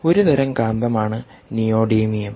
ഒരു തരം കാന്തമാണ് നിയോഡീമിയം